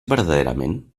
verdaderament